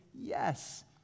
yes